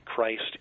Christ